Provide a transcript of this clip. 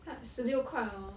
ah 十六块 orh